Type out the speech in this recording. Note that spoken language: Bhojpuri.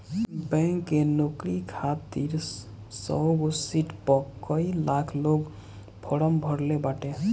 बैंक के नोकरी खातिर सौगो सिट पअ कई लाख लोग फार्म भरले बाटे